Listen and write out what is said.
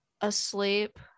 asleep